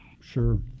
Sure